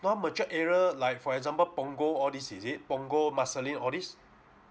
non matured area like for example punggol all these is it punggol marsiling all these